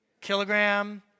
Kilogram